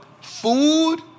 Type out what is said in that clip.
Food